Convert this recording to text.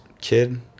kid